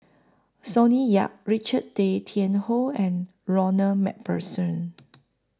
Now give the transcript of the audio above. Sonny Yap Richard Tay Tian Hoe and Ronald MacPherson